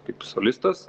kaip solistas